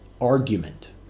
argument